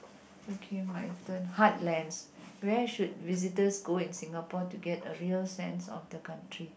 okay my turn heartlands where should visitors go in Singapore to get a real sense of the country